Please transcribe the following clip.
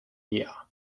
year